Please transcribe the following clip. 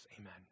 Amen